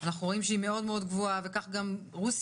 אנחנו רואים שהיא מאוד מאוד גבוהה וכך גם רוסיה,